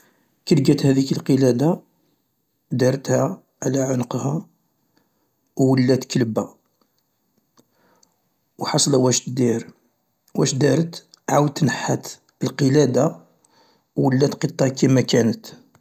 كي الوقت هاذيك القلادة دارتها على عنقها و ولات كلبة، و حاصلة واش تدير، واش دارت، عاودت نحات القلادة، ولات قطة كما كانت.